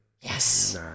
Yes